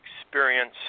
experience